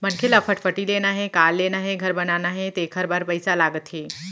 मनखे ल फटफटी लेना हे, कार लेना हे, घर बनाना हे तेखर बर पइसा लागथे